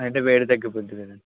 అయితే వేడి తగ్గిపోద్ది కదండి